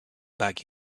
back